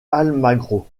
almagro